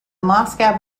moscow